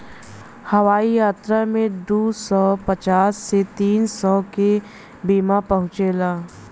हवाई यात्रा में दू सौ पचास से तीन सौ के बीमा पूछेला